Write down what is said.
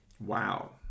Wow